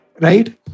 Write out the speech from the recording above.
right